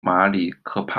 马里科帕